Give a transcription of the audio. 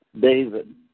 David